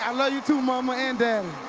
i love you too, mommy and and